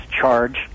charge